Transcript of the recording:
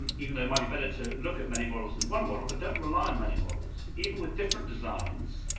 even though it might be better to look at many models than one model, but don't rely on and many models. even with different designs,